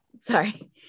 Sorry